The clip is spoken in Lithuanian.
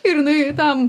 ir jinai tam